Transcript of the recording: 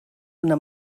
una